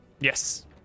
Yes